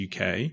UK